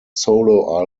solo